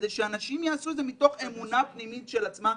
כדי שאנשים יעשו את זה מתוך אמונה פנימית של עצמם,